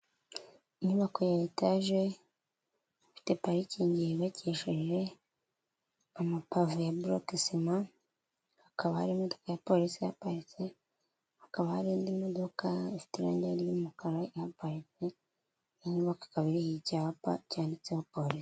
Inyubako ya etaje, ifite parikingi yubakishije amapave ya borokesima, hakaba hari imodoka ya polisi ihaparitse, hakaba hari indi modoka ifite inyenyeri y'umukara iha paritse, inyubako ikaba iriho icyapa cyanditseho polisi.